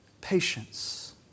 patience